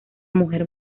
mujer